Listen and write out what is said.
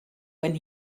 when